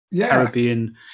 Caribbean